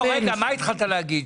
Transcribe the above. מה התחלת להגיד?